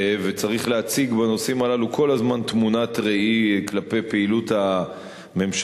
וצריך להציג בנושאים הללו כל הזמן תמונת ראי כלפי פעילות הממשלה.